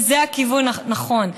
וזה הכיוון הנכון.